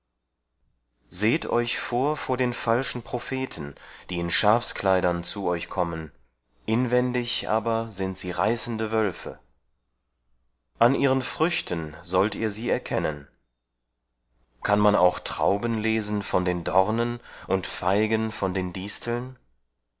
seht euch vor vor den falschen propheten die in schafskleidern zu euch kommen inwendig aber sind sie reißende wölfe an ihren früchten sollt ihr sie erkennen kann man auch trauben lesen von den dornen oder feigen von den disteln